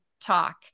talk